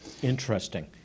Interesting